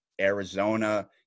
Arizona